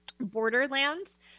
Borderlands